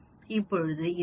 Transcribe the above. இப்போது இது 0